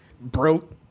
broke